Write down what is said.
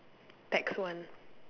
tax one